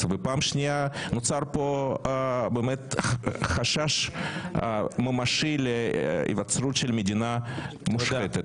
ופעם שנייה נוצר פה באמת חשש ממשי להיווצרות של מדינה מושחתת.